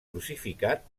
crucificat